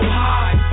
high